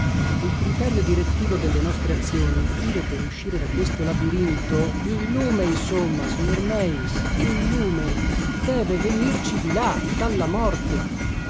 il criterio direttivo delle nostre azioni il filo per uscir da questo labirinto il lume insomma signor meis il lume deve venirci di là dalla morte